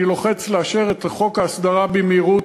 אני לוחץ לאשר את חוק ההסדרה במהירות,